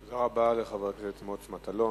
תודה רבה לחבר הכנסת מוץ מטלון.